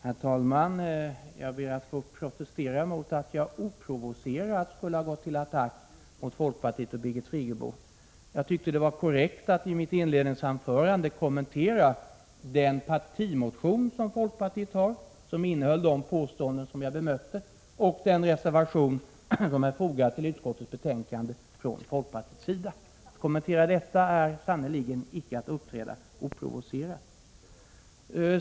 Herr talman! Jag ber att få protestera mot påståendet att jag oprovocerat skulle ha gått till attack mot folkpartiet och Birgit Friggebo. Jag tyckte att det var korrekt att i mitt inledningsanförande kommentera den partimotion som folkpartiet har väckt och den reservation som fogats till utskottsbetänkandet och som innehåller de påståenden jag bemötte. Att kommentera detta är sannerligen inte att uppträda oprovocerat.